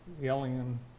yelling